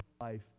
life